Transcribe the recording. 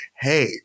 hey